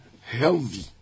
healthy